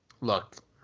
Look